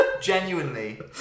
genuinely